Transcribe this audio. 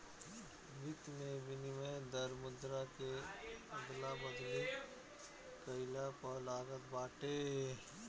वित्त में विनिमय दर मुद्रा के अदला बदली कईला पअ लागत बाटे